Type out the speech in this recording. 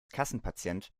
kassenpatient